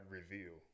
Reveal